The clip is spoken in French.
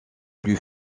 plus